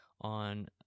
on